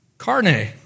Carne